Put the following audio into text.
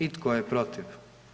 I tko je protiv?